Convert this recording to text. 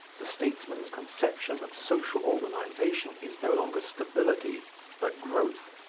the statesman's conception of social organization is no longer stability but growth.